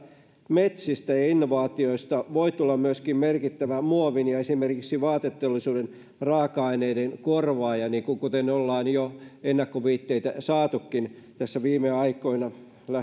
metsistä ja innovaatioista voi tulla merkittävä muovin ja esimerkiksi vaateteollisuuden raaka aineiden korvaaja kuten ollaan jo ennakkoviitteitä saatukin tässä viime